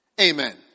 Amen